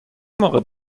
موقع